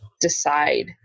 decide